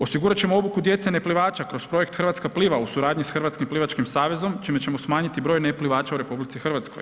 Osigurat ćemo obuku djece neplivača kroz projekt Hrvatska pliva u suradnji sa Hrvatskih plivačkim saveznom, čime ćemo smanjiti broj neplivača u RH.